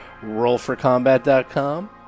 RollForCombat.com